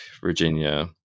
virginia